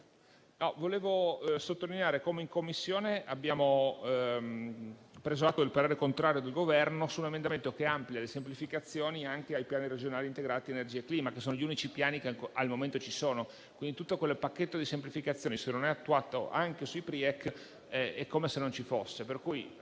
vorrei sottolineare come in Commissione abbiamo preso atto del parere contrario del Governo su un emendamento che amplia le semplificazioni anche ai piani regionali integrati energia e clima (PRIEC), che sono gli unici piani che al momento ci sono. Pertanto, se tutto quel pacchetto di semplificazioni non è attuato anche sui PRIEC è come se non ci fosse